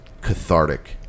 cathartic